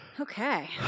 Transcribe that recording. Okay